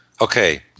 Okay